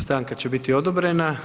Stanka će biti odobrena.